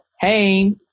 hey